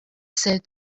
said